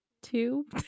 two